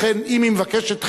ולכן, אם היא מבקשת דחייה,